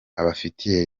abafitiye